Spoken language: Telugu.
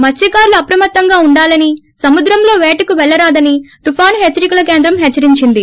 మత్స కారులు అప్రమత్తంగా ఉండాలని సముద్రంలో పేటకు పెళ్లరాదని తుపాను హెచ్చరికల కేంద్రం హెచ్చరించింది